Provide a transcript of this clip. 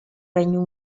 regno